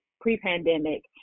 pre-pandemic